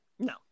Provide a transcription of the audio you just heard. no